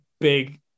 big